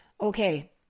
Okay